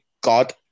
God